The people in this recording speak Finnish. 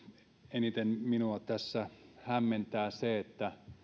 eniten minua tässä hämmentää se että